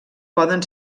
poden